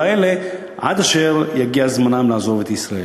האלה עד אשר יגיע זמנם לעזוב את ישראל.